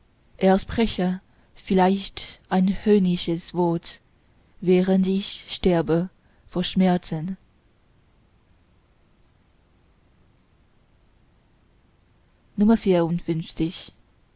spräche vielleicht ein höhnisches wort während ich sterbe vor schmerzen